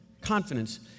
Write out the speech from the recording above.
confidence